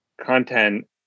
content